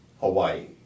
hawaii